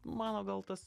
mano gal tas